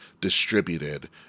distributed